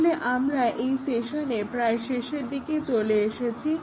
তাহলে আমরা এই সেশনের প্রায় শেষের দিকে চলে এসেছি